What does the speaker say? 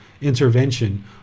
intervention